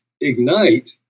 ignite